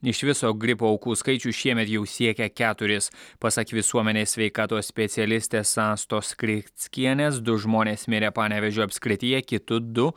iš viso gripo aukų skaičius šiemet jau siekia keturis pasak visuomenės sveikatos specialistės astos krivickienės du žmonės mirė panevėžio apskrityje kitu du